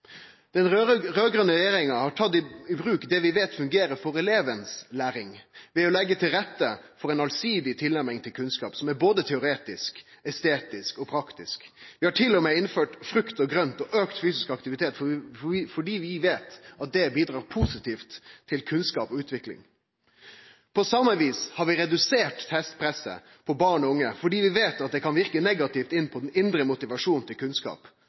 Den raud-grøne regjeringa har tatt i bruk det vi veit fungerer for læringa til eleven, ved å leggje til rette for ein allsidig tilnærming til kunnskap som er både teoretisk, estetisk og praktisk. Vi har til og med innført frukt og grønt og auka fysisk aktivitet, fordi vi veit at det bidreg positivt til kunnskap og utvikling. På same vis har vi redusert testpresset på barn og unge, fordi vi veit at det kan verke negativt inn på den indre motivasjonen til kunnskap.